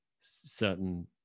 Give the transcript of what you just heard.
certain